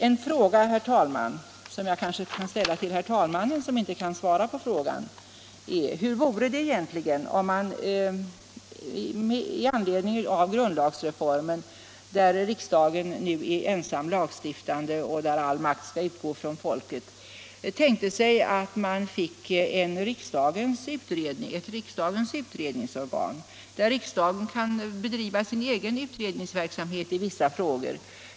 En fråga som jag kanske kan ställa till herr talmannen, som inte kan svara på frågan, är: Hur vore det om man i anledning av grundlagsreformen, enligt vilken riksdagen nu är ensam lagstiftande och enligt vilken all makt skall utgå från folket, tänkte sig att vi fick ett riksdagens utredningsorgan? Riksdagen kunde där bedriva sin egen utredningsverksamhet i vissa frågor.